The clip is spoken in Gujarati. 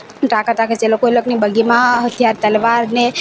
તાકાત રાખે છે એ લોકો એ લોકોની બગીમાં હથિયાર તલવાર ને